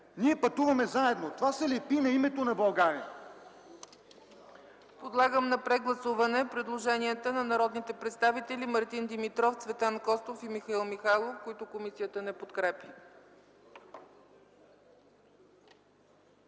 Ние пътуваме заедно. Това се лепи на името на България.